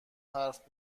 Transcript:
حرف